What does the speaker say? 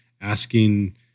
asking